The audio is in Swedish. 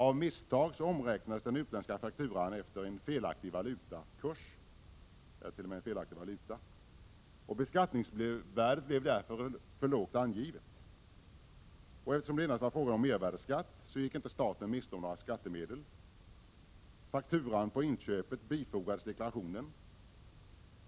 Av misstag omräknades den utländska fakturan efter en felaktig valutakurs — ja, t.o.m. en felaktig valuta. Beskattningsvärdet blev därför för lågt angivet. Eftersom det endast var fråga om mervärdeskatt gick inte staten miste om några skattemedel. Fakturan på inköpet bifogades deklarationen.